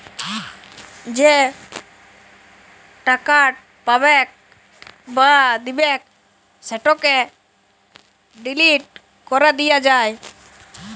যে টাকাট পাবেক বা দিবেক সেটকে ডিলিট ক্যরে দিয়া যায়